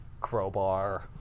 Crowbar